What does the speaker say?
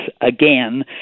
again